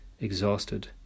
exhausted